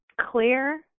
Clear